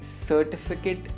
certificate